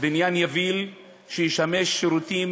בניין יביל שישמש שירותים